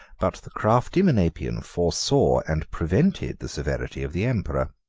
but the crafty menapian foresaw and prevented the severity of the emperor.